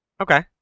Okay